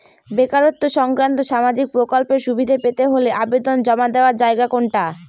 বেকারত্ব সংক্রান্ত সামাজিক প্রকল্পের সুবিধে পেতে হলে আবেদন জমা দেওয়ার জায়গা কোনটা?